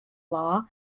law